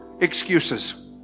Excuses